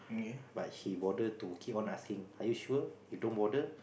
but he bother to keep on asking are you sure you don't bother